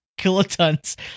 kilotons